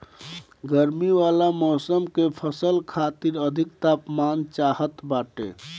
गरमी वाला मौसम के फसल खातिर अधिक तापमान चाहत बाटे